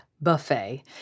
buffet